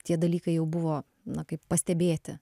tie dalykai jau buvo na kaip pastebėti